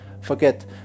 forget